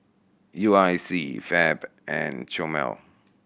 U I C Fab and Chomel